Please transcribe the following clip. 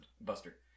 buster